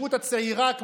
ההתיישבות הצעירה,